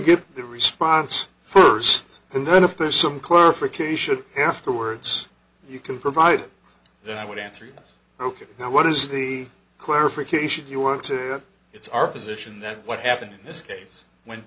give the response first and then if there's some clarification afterwards you can provide then i would answer yes ok now what is the clarification you want to it's our position that what happened in this case went